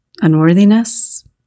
unworthiness